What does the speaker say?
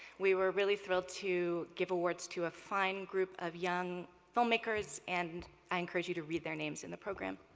we were really thrilled to give awards to a fine group of young filmmakers, and i encourage you to read their names in the program.